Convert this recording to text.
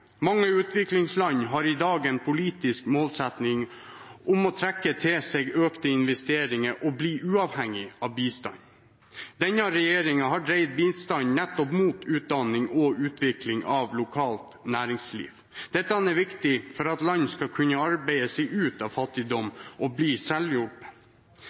Mange utviklingsland har i dag en politisk målsetting om å trekke til seg økte investeringer og bli uavhengige av bistand. Denne regjeringen har dreid bistanden mot utdanning og utvikling av lokalt næringsliv. Det er viktig for at land skal kunne arbeide seg ut av